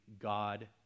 God